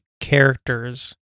characters